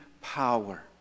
power